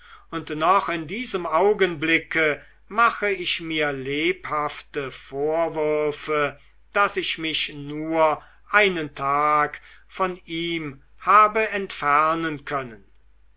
und noch in diesem augenblicke mache ich mir lebhafte vorwürfe daß ich mich nur einen tag von ihm habe entfernen können